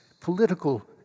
political